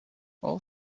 all